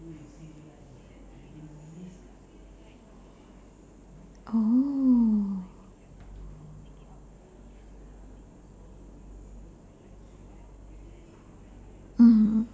oh mm